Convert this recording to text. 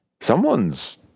Someone's